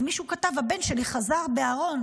אז מישהו כתב, הבן שלי חזר בארון.